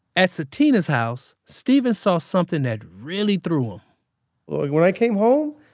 at sutina's house, steven saw something that really threw him like when i came home,